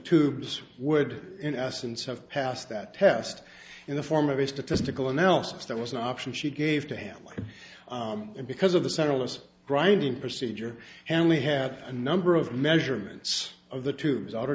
tubes would in essence have passed that test in the form of a statistical analysis that was an option she gave to him because of the several us driving procedure and we had a number of measurements of the tubes outer